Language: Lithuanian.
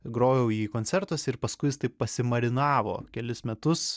grojau jį koncertuose ir paskui jis taip pasimarinavo kelis metus